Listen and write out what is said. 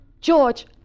George